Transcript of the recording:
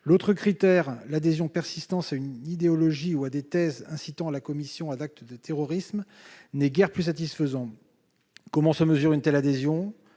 L'autre critère- l'adhésion persistante à une idéologie ou à des thèses incitant à la commission d'actes de terrorisme -n'est guère plus satisfaisant. Comment mesurer une telle adhésion ?